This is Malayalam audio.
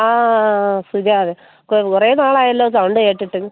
ആ അതെ കുറേ നാളായല്ലോ സൗണ്ട് കേട്ടിട്ട്